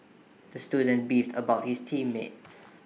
the student beefed about his team mates